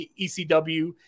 ECW